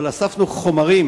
אבל אספנו חומרים